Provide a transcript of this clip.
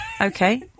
Okay